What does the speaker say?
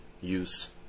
use